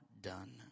done